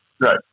Right